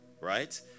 right